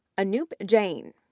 anoop jain,